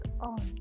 on